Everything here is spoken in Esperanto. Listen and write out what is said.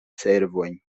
servojn